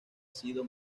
sido